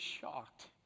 shocked